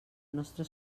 nostra